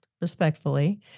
respectfully